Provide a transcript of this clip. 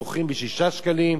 מוכרים ב-6 שקלים,